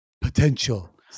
Potential